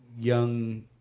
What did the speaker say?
young